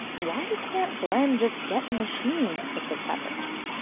why can't glen just get a machine to pick his peppers?